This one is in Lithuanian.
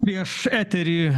prieš eterį